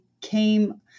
came